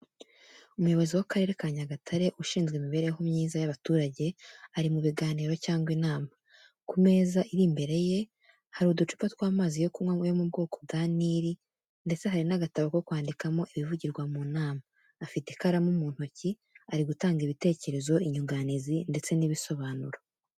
Umuyobozi w'Akarere ka Nyagatare ushinzwe imibereho myiza y'abaturage ari mu biganiro cyangwa inama, ku meza ari imbere ye hari uducupa tw’amazi yo kunywa yo mu bwoko kwa Nili ndetse hari n’agatabo ko kwandikamo ibivugirwa mu nama. Afite ikaramu mu ntoki, ari gutanga ibitekerezo, inyunganizi ndetse n’ibisobanuro.